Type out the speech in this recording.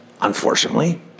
Unfortunately